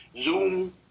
Zoom